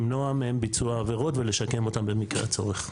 למנוע מהם ביצוע עבירות ולשקם אותם במקרה הצורך.